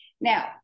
Now